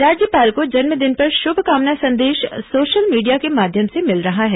राज्यपाल को जन्मदिन पर शुभकामना संदेश सोशल मीडिया के माध्यम से मिल रहा है